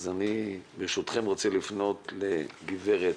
אני ברשותכם רוצה לפנות לגב'